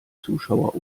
zuschauer